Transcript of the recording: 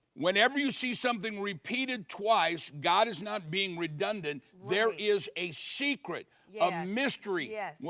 whenever you see something repeated twice, god is not being redundant, there is a secret. a mystery. yes.